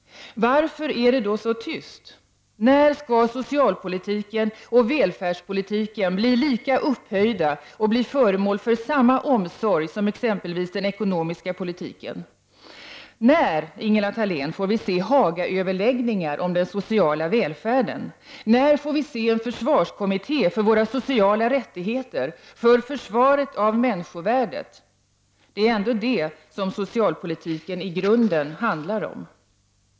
Varför är det så tyst? När skall socialpolitiken och välfärdspolitiken bli lika upphöjda och föremål för samma omsorg som exempelvis den ekonomiska politiken? När, Ingela Thalén, får vi se Hagaöverläggningar om den sociala välfärden? När får vi se en försvarskommitté för våra sociala rättigheter och för försvaret av människovärdet? Det är ändå det som socialpolitiken i grunden handlar om.